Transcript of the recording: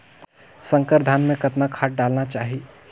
संकर धान मे कतना खाद डालना चाही?